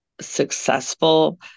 successful